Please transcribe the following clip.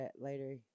later